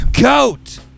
Goat